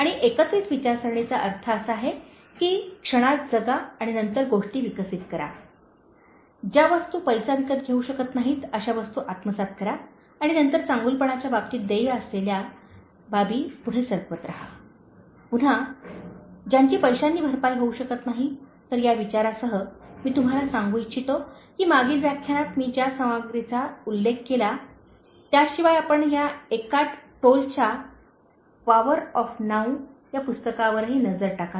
आणि एकत्रित विचारसरणीचा अर्थ असा आहे की क्षणात जगा आणि नंतर गोष्टी विकसित करा ज्या वस्तू पैसा विकत घेऊ शकत नाहीत अशा वस्तू आत्मसात करा आणि नंतर चांगुलपणाच्या बाबतीत देय असलेल्या बाबी पुढे सरकवत रहा पुन्हा ज्यांची पैशानी भरपाई होऊ शकत नाही तर या विचारासह मी तुम्हाला सांगू इच्छितो की मागील व्याख्यानात मी ज्या सामग्रीचा उल्लेख केला आहे त्याशिवाय आपण या एकार्ट टोल च्या पॉवर ऑफ नाऊ या पुस्तकावरही नजर टाकावी